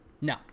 No